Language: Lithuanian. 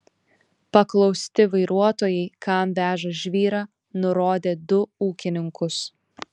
paklausti vairuotojai kam veža žvyrą nurodė du ūkininkus